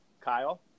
Kyle